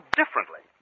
differently